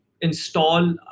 install